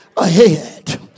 Ahead